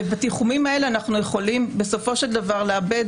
ובתיחומים האלה אנחנו יכולים בסופו של דבר לאבד